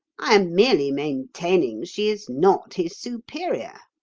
i am merely maintaining she is not his superior.